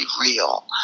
real